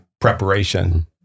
preparation